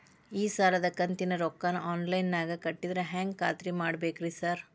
ಈ ಸಾಲದ ಕಂತಿನ ರೊಕ್ಕನಾ ಆನ್ಲೈನ್ ನಾಗ ಕಟ್ಟಿದ್ರ ಹೆಂಗ್ ಖಾತ್ರಿ ಮಾಡ್ಬೇಕ್ರಿ ಸಾರ್?